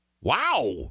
wow